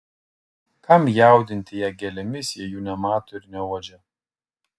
kam jaudinti ją gėlėmis jei jų nemato ir neuodžia